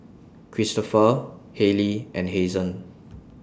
Kristofer Hailie and Hazen